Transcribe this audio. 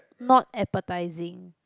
not appetising